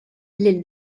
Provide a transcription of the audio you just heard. lil